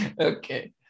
okay